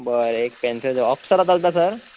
बरे एक pencil box Apsara चलता सर